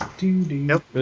Nope